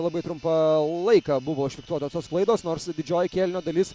labai trumpa laiką buvo užfiksuotos tos klaidos nors didžioji kėlinio dalis